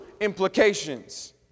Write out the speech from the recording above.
implications